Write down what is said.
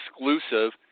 Exclusive